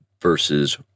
versus